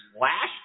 last